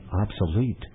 obsolete